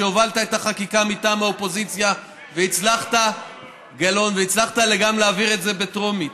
הובלת את החקיקה מטעם האופוזיציה והצלחת גם להעביר את זה בטרומית,